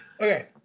Okay